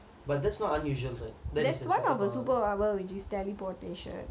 but that's not unusual but that's one other super